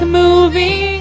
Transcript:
moving